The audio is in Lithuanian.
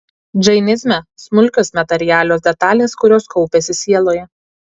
džainizme smulkios materialios dalelės kurios kaupiasi sieloje